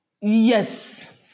Yes